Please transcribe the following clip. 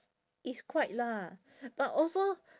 it's quite lah but also